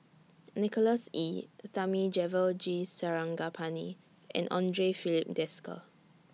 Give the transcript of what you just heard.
Nicholas Ee Thamizhavel G Sarangapani and Andre Filipe Desker